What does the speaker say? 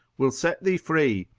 will set thee free,